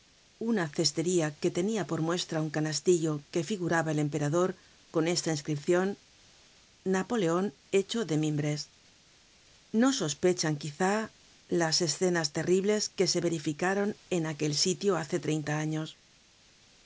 una cestería que tenia por muestra un canastillo que figuraba el emperador con esta inscripcion napoleon hecho de mimbres no sospechan quizá las escenas terribles que se verificaron en aquel sitio hace treinta años